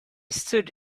stood